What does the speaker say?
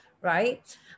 right